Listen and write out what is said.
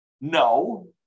no